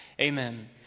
amen